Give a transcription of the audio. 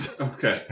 Okay